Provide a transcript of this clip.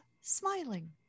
smiling